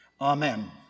Amen